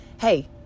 hey